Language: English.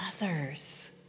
others